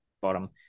bottom